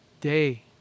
day